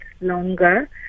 longer